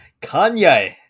Kanye